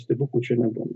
stebuklų čia nebuvo